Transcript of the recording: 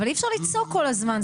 אבל אי אפשר לצעוק כל הזמן,